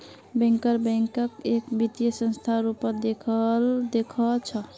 banker बैंकक एक वित्तीय संस्थार रूपत देखअ छ